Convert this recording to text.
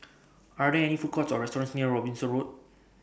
Are There any Food Courts Or restaurants near Robinson Road